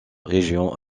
région